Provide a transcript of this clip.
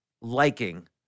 liking